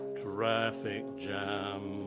traffic jam